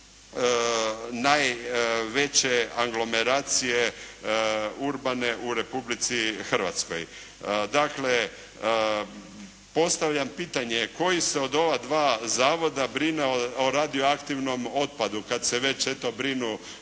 najveće anglomeracije urbane u Republici Hrvatskoj. Dakle, postavljam pitanje koji se od ova dva zavoda brine o radioaktivnom otpadu kad se već eto brinu